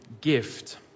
gift